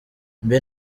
mbe